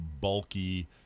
bulky